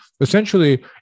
essentially